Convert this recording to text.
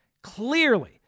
Clearly